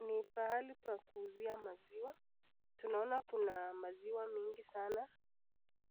Ni mahali pa kuuzia maziwa. Tunaona kuna maziwa mingi sana